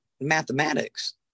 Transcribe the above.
mathematics